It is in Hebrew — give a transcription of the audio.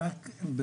אני רק בקצרה,